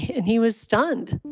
and he was stunned